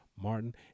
Martin